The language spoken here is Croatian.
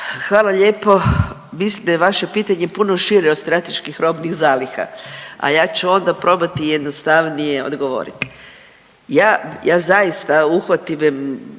Hvala lijepo. Mislim da je vaše pitanje puno šire od strateških robnih zaliha, a ja ću onda probati jednostavnije odgovoriti. Ja, ja zaista uhvatim,